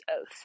Oath